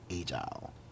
agile